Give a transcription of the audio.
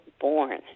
born